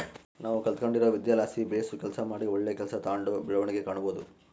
ನಾವು ಕಲಿತ್ಗಂಡಿರೊ ವಿದ್ಯೆಲಾಸಿ ಬೇಸು ಕೆಲಸ ಮಾಡಿ ಒಳ್ಳೆ ಕೆಲ್ಸ ತಾಂಡು ಬೆಳವಣಿಗೆ ಕಾಣಬೋದು